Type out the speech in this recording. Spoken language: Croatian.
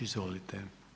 Izvolite.